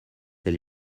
elle